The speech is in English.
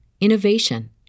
innovation